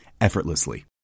effortlessly